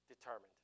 determined